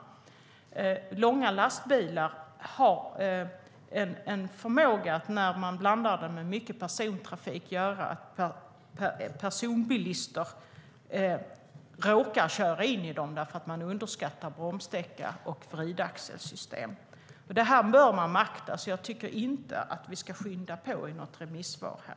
När långa lastbilar blandas med mycket persontrafik har de en förmåga att göra att privatbilister råkar köra in i dem därför att de underskattar bromssträcka och vridaxelsystem. Det bör man beakta. Jag tycker inte att vi ska skynda på i något remissvar här.